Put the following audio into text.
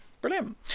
Brilliant